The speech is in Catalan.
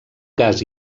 gas